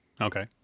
Okay